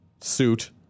suit